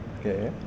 okay